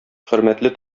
хөрмәтле